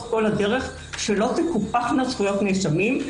כל הדרך על כך שלא תקופחנה זכויות נאשמים.